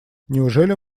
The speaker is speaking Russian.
неужели